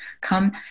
come